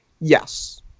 Yes